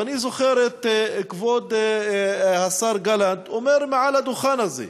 ואני זוכר את כבוד השר גלנט אומר מעל הדוכן הזה,